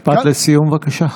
משפט לסיום, בבקשה.